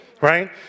right